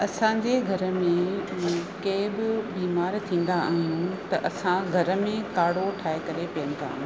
असांजे घर में केर बि बीमार थींदा आहियूं त असां घर में काड़ो ठाहे करे पीअंदा आहियूं